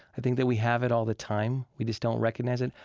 i think that we have it all the time. we just don't recognize it.